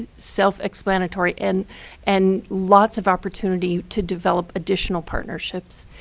self-explanatory. and and lots of opportunity to develop additional partnerships.